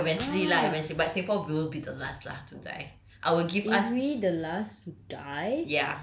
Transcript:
maybe singapore eventually lah when si~ but singapore will be the last lah to die I will give us